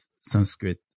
Sanskrit